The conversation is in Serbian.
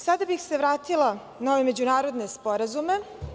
Sada bih se vratila na ove međunarodne sporazume.